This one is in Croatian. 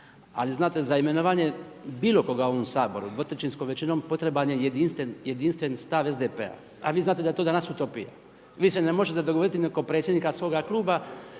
Ali znate za imenovanje bilo koga u ovom Saboru dvotrećinskom većinom potreban je jedinstven stav SDP-a. A vi znate da je to danas utopija. Vi se ne možete dogovoriti ni oko predsjednika svoga kluba,